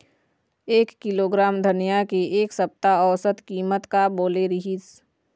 एक किलोग्राम धनिया के एक सप्ता औसत कीमत का बोले रीहिस?